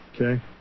Okay